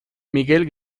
miguel